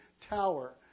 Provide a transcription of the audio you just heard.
tower